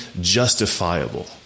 justifiable